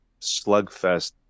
slugfest